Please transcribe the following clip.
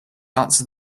answer